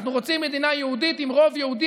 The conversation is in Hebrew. אנחנו רוצים מדינה יהודית עם רוב יהודי.